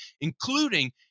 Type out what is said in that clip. including